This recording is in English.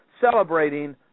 celebrating